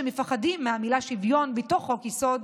שמפחדים מהמילה "שוויון" בתוך חוק-יסוד,